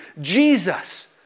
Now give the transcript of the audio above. Jesus